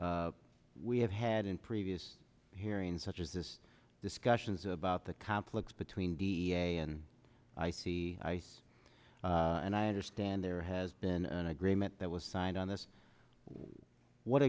we have had in previous hearings such as this discussions about the conflicts between d n a and i see ice and i understand there has been an agreement that was signed on this what